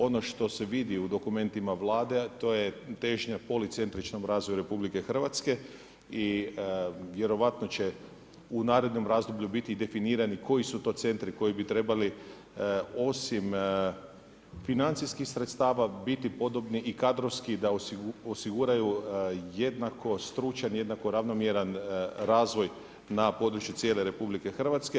Ono što se vidi u dokumentima Vlade, to je težnja policentričnom razvoju RH i vjerojatno će u narednom razdoblju biti definiranju koji su to centri koji bu trebali, osim financijskih sredstava biti podobni i kadrovski da osiguraju jednako stručan i jednako ravnomjeran razvoj na području cijele RH.